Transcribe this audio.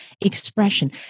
expression